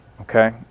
okay